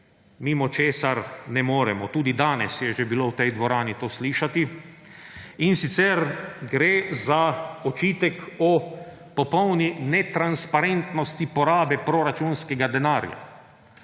mimo česar ne moremo. Tudi danes je bilo v tej dvorani to slišati, in sicer gre za očitek o popolni netransparentnosti porabe proračunskega denarja.